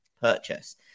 purchase